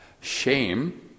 Shame